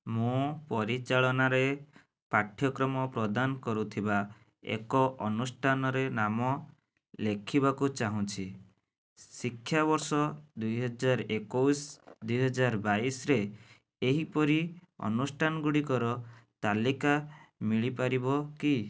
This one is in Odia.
ମୁଁ ପରିଚାଳନାରେ ପାଠ୍ୟକ୍ରମ ପ୍ରଦାନ କରୁଥିବା ଏକ ଅନୁଷ୍ଠାନରେ ନାମ ଲେଖିବାକୁ ଚାହୁଁଛି ଶିକ୍ଷାବର୍ଷ ଦୁଇହଜାର ଏକୋଇଶି ଦୁଇହଜାର ବାଇଶିରେ ଏହିପରି ଅନୁଷ୍ଠାନ ଗୁଡ଼ିକର ତାଲିକା ମିଳି ପାରିବ କି